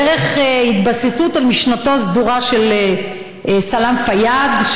דרך התבססות על משנתו הסדורה של סלאם פיאד,